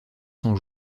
cent